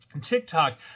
TikTok